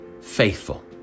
faithful